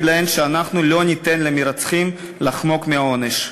להן שאנחנו לא ניתן למרצחים לחמוק מעונש.